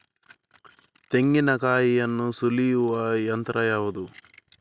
ತೆಂಗಿನಕಾಯಿಯನ್ನು ಸುಲಿಯುವ ಯಂತ್ರ ಯಾವುದು?